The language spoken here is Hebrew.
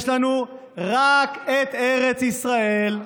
יש לנו רק את ארץ ישראל.